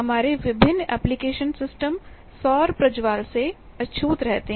हमारे विभिन्न application system सौर प्रज्वाल से अछूत रहते हैं